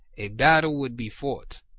a battle would be fought.